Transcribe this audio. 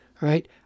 right